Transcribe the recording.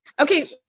Okay